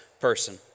person